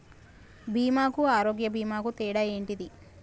బీమా కు ఆరోగ్య బీమా కు తేడా ఏంటిది?